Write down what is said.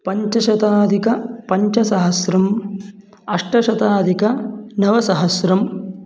पञ्चशताधिकपञ्चसहस्रम् अष्टशताधिकनवसहस्रम्